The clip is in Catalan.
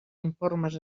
informes